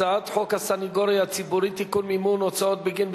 הצעת חוק הסניגוריה הציבורית (תיקון,